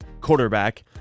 quarterback